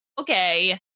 Okay